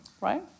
right